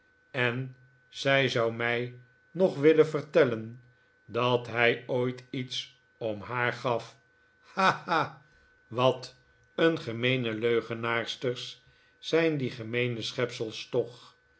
en zij zou mij nog willen vertellen dat hij ooit iets om haar gaf ha ha wat een leugedavid copperfield naarsters zijn die gemeene schepsels toch